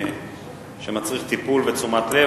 שמצריך טיפול ותשומת לב.